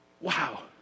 Wow